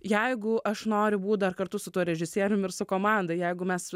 jeigu aš noriu būt dar kartu su tuo režisierium ir su komanda jeigu mes